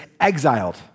exiled